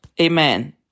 Amen